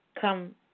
come